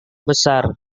besar